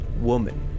woman